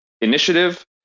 initiative